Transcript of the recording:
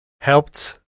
helped